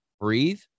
breathe